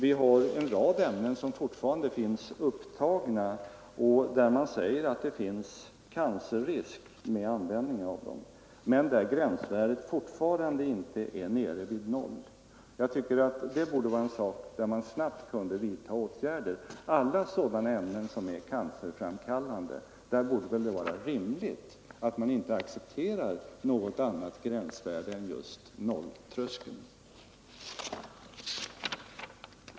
Det finns en rad ämnen upptagna, om vilka man säger att användningen av dem är förenad med cancerrisk men för vilka gränsvärdet fortfarande inte är nere vid noll. Jag tycker att detta är en åtgärd som man snabbt kunde vidta. När det gäller ämnen som är cancerframkallande borde det vara rimligt att man inte accepterar något annat gränsvärde än just noll.